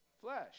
flesh